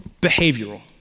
behavioral